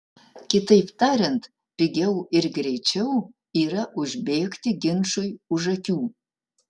kitaip tariant pigiau ir greičiau yra užbėgti ginčui už akių